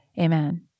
amen